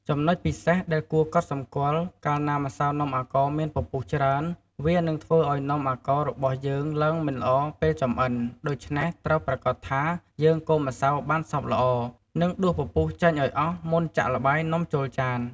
ចំណុចពិសេសដែលគួរកត់សម្គាល់ កាលណាម្សៅនំអាកោរមានពពុះច្រើន វានឹងធ្វើឲ្យនំអាកោររបស់យើងឡើងមិនល្អពេលចម្អិន ដូច្នេះ ត្រូវប្រាកដថា យើងកូរម្សៅបានសព្វល្អ និងដួសពពុះចេញឱ្យអស់មុនចាក់ល្បាយនំចូលចាន។